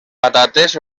patates